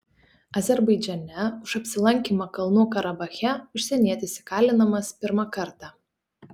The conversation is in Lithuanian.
azerbaidžane už apsilankymą kalnų karabache užsienietis įkalinamas pirmą kartą